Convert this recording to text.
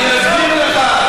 אני אסביר לך.